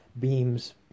beams